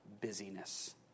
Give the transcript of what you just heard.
busyness